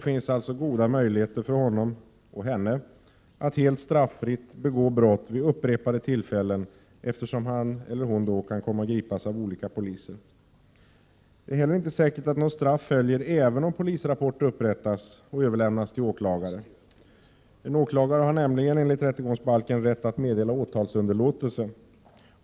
, finns alltså goda möjligheter för honom — och henne —att helt straffritt begå brott vid upprepade tillfällen, eftersom han eller hon då kan komma att gripas av olika poliser. Det är heller inte säkert att något straff följer, även om polisrapport upprättas och överlämnas till åklagaren. En åklagare har nämligen enligt rättegångsbalken rätt att meddela åtalsunderlåtelse.